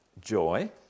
joy